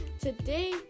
Today